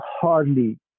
hardly